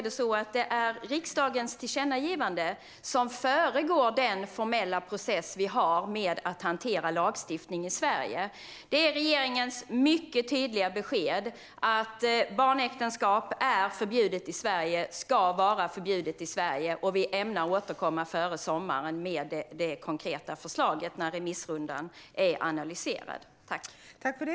Men det är riksdagens tillkännagivande som föregriper den formella process vi har för att hantera lagstiftning i Sverige. Det är regeringens mycket tydliga besked att det är förbjudet med barnäktenskap i Sverige och ska vara det. Vi ämnar återkomma före sommaren med det konkreta förslaget när remissvaren är analyserade.